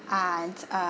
and uh